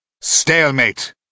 Stalemate